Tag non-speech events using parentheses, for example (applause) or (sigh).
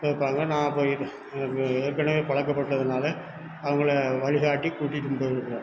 கேட்பாங்க நான் அப்போ (unintelligible) எனக்கு ஏற்கனவே பழக்கப்பட்டதுனால அவங்கள வழிகாட்டி கூட்டிட்டும் போயிருக்கிறேன்